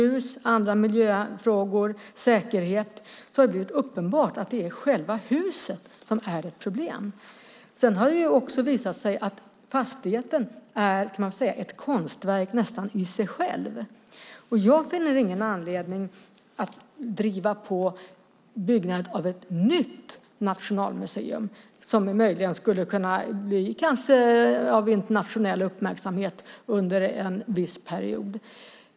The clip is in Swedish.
Det handlar också om andra miljöfrågor och om säkerhet. Då har det blivit uppenbart att det är själva huset som är ett problem. Det har också visat sig att fastigheten nästan är, kan man säga, ett konstverk i sig själv. Jag finner ingen anledning att driva på byggandet av ett nytt nationalmuseum som möjligen skulle kunna få internationell uppmärksamhet under en viss period.